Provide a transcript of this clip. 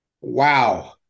wow